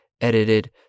edited